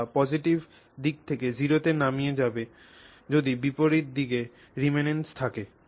অথবা পজিটিভ দিক থেকে 0 তে নেমে যাবে যদি বিপরিত দিকে রেমানেন্স থাকে